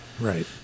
right